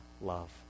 love